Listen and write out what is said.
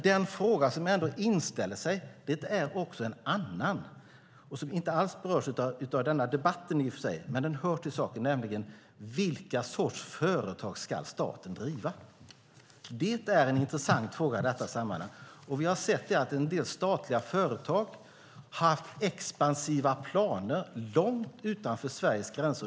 Den fråga som inställer sig berörs i och för sig inte av denna debatt, men den hör till saken, nämligen vilken sorts företag staten ska driva. Det är en intressant fråga i detta sammanhang. Vi har sett att en del statliga företag haft expansiva planer långt utanför Sveriges gränser.